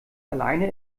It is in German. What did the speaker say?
alleine